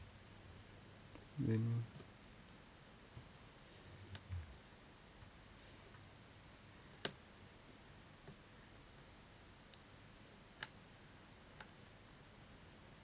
then